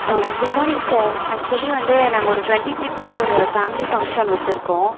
good morning sir actually வந்து நாங்கள் ஒரு டொன்ட்டி த்ரீ போல் ஒரு ஃபேம்லி ஃபங்க்ஷன் வெச்சுருக்கோம்